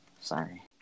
Sorry